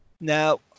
Now